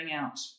out